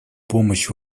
помощь